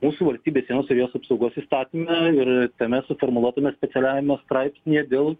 mūsų valstybės sienos ir jos apsaugos įstatyme ir tame suformuluotame specialiajame straipsnyje dėl